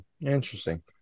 interesting